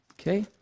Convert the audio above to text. Okay